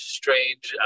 strange